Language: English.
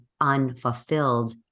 unfulfilled